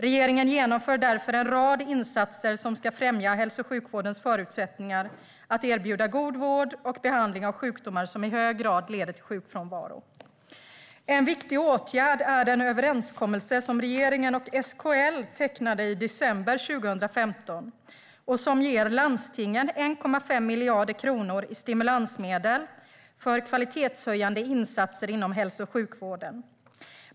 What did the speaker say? Regeringen genomför därför en rad insatser som ska främja hälso och sjukvårdens förutsättningar att erbjuda god vård och behandling av sjukdomar som i hög grad leder till sjukfrånvaro. En viktig åtgärd är den överenskommelse som regeringen och SKL tecknade i december 2015 och som ger landstingen 1,5 miljarder kronor i stimulansmedel för kvalitetshöjande insatser inom hälso och sjukvården.